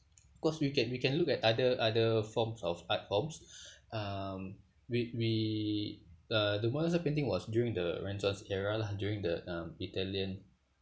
cause we can we can look at other other forms of art forms um we we uh the mona lisa painting was during the renaissance era lah during the uh italian